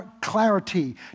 clarity